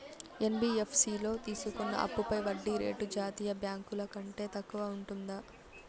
NBFC లో తీసుకున్న అప్పుపై వడ్డీ రేటు జాతీయ బ్యాంకు ల కంటే తక్కువ ఉంటుందా?